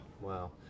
Wow